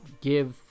give